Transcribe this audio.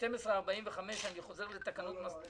הישיבה ננעלה